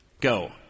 go